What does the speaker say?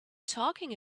talking